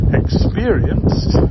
experienced